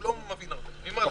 כן,